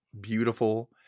beautiful